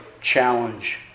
challenge